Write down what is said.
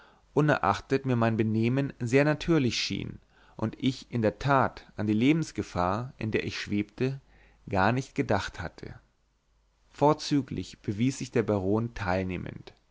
unerachtet mir mein benehmen sehr natürlich schien und ich in der tat an die lebensgefahr in der ich schwebte gar nicht gedacht hatte vorzüglich bewies sich der baron teilnehmend